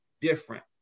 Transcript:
different